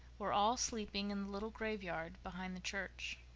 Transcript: were all sleeping in the little graveyard behind the church.